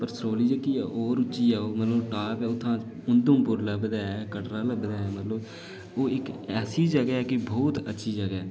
ते सरौली जेह्ड़ी ऐ ओह् होर उच्ची ऐ ओह् टॉप ते उत्थुआं उधमपुर ते लगदा ऐ कटरा लगदा ऐ मतलब ओह् इक ऐसी जगह ऐ मतलब बहुत अच्छी जगह ऐ